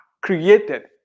created